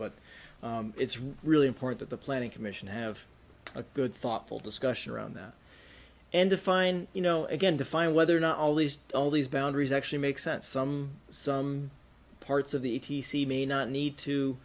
but it's really important that the planning commission have a good thoughtful discussion around that and define you know again define whether or not all these all these boundaries actually make sense some some parts of the e t c may not need to